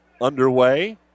underway